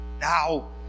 now